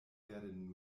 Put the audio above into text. werden